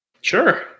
sure